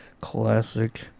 Classic